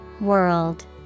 World